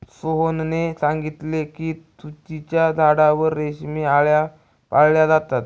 सोहनने सांगितले की तुतीच्या झाडावर रेशमी आळया पाळल्या जातात